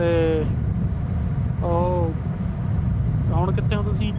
ਅਤੇ ਉਹ ਹੁਣ ਕਿੱਥੇ ਹੋ ਤੁਸੀਂ